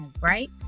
right